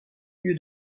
lieu